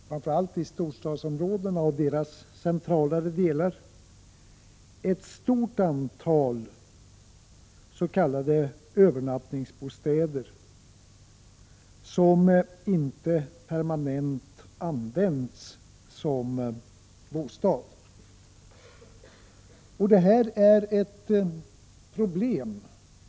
Framför allt i storstadsområdenas centrala delar finns ett stort antal övernattningsbostäder, som inte permanent används som bostad. Detta är ett problem.